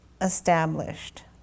established